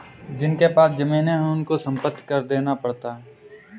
जिनके पास जमीने हैं उनको संपत्ति कर देना पड़ता है